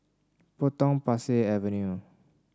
Potong Pasir Avenue